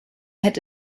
had